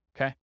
Okay